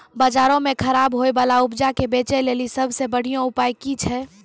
बजारो मे खराब होय बाला उपजा के बेचै लेली सभ से बढिया उपाय कि छै?